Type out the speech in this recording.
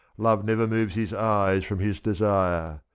love never moves his eyes from his desire